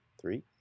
Three